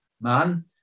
man